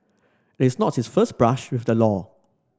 this not his first brush with the law